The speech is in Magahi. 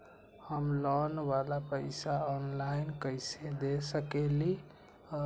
हम लोन वाला पैसा ऑनलाइन कईसे दे सकेलि ह?